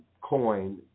coin